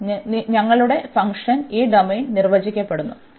അതിനാൽ ഞങ്ങളുടെ ഫംഗ്ഷൻ ഈ ഡൊമെയ്ൻ നിർവചിക്കപ്പെടുന്നു